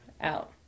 out